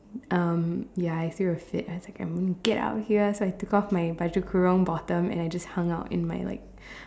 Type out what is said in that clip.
um ya I still threw a fit and like I'm get out of here so I took off my baju kurung bottom and I just hung out in my like